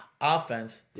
offense